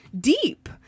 deep